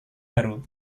baru